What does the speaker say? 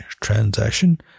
transaction